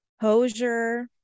hosier